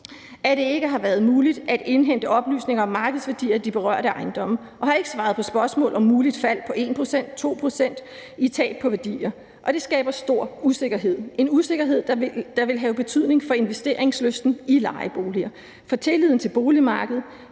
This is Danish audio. at det ikke har været muligt at indhente oplysninger om markedsværdi af de berørte ejendomme, og har ikke svaret på spørgsmål om et muligt fald på 1 pct. eller 2 pct. ved på værdier, og det skaber stor usikkerhed – en usikkerhed, der vil have betydning for investeringslysten i lejeboliger, for mindre tillid til boligmarkedet